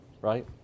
right